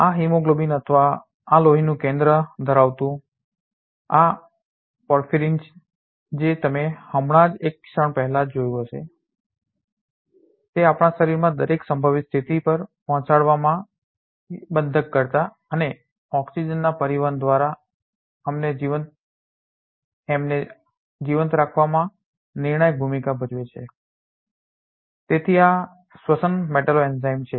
આ હિમોગ્લોબિન અથવા આ લોહીનું કેન્દ્ર ધરાવતું આ પોર્ફિરિન જે તમે હમણાં જ એક ક્ષણ પહેલાં જોયું હશે તે આપણા શરીરમાં દરેક સંભવિત સ્થિતિ પર પહોંચાડવા માટે બંધનકર્તા અને ઓક્સિજનના પરિવહન દ્વારા અમને જીવંત રાખવામાં નિર્ણાયક ભૂમિકા ભજવે છે તેથી આ શ્વસન મેટ્લોએન્જાઇમ છે